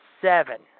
Seven